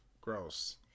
Gross